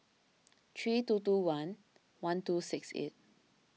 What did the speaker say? three two two one one two six eight